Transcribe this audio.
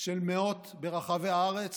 מאות ברחבי הארץ,